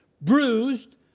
bruised